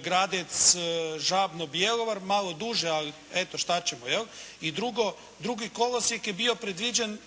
Gradec-Žabno-Bjelovar. Malo duže, ali eto šta ćemo jel'? I drugo, drugi kolosijek je bio predviđen